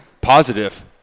positive